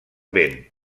vent